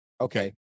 okay